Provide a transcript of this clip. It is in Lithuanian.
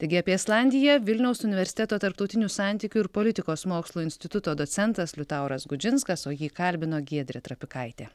taigi apie islandiją vilniaus universiteto tarptautinių santykių ir politikos mokslų instituto docentas liutauras gudžinskas o jį kalbino giedrė trapikaitė